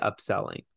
upselling